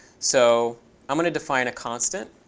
so i'm going to define a constant.